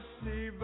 see